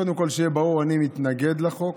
קודם כול שיהיה ברור: אני מתנגד לחוק.